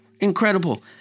incredible